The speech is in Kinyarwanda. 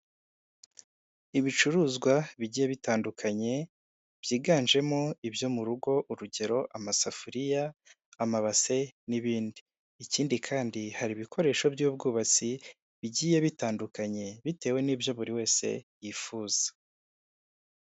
Ibicuruzwa bigiye bitandukanye byiganjemo ibyo mu rugo urugero: amasafuriya, amabase n'ibindi ikindi kandi hari ibikoresho by'ubwubatsi bigiye bitandukanye bitewe n'ibyo buri wese yifuza.